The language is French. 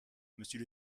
monsieur